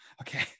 Okay